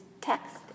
text